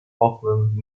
auckland